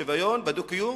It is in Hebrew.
בשוויון, בדו-קיום,